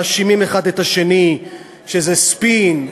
מאשימים האחד את השני שזה ספין,